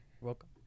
welcome